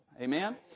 Amen